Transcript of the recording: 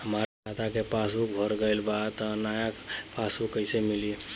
हमार खाता के पासबूक भर गएल बा त नया पासबूक कइसे मिली?